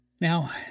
Now